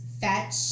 Fetch